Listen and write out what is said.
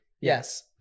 Yes